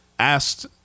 asked